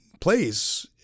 place